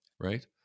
Right